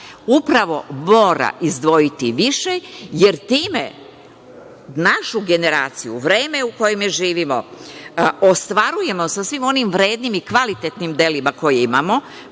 upravo mora izdvojiti više, jer time našu generaciju, vreme u kojem živimo, ostvarujemo sa svim onim vrednim i kvalitetnim delima koje imamo,